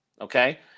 okay